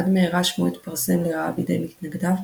עד מהרה שמו התפרסם לרעה בידי מתנגדיו,